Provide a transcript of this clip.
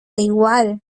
igual